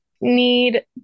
need